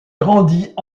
grandit